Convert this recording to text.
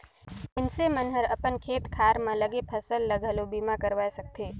मइनसे मन हर अपन खेत खार में लगे फसल के घलो बीमा करवाये सकथे